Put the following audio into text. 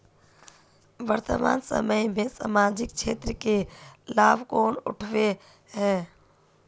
वर्तमान समय में सामाजिक क्षेत्र के लाभ कौन उठावे है?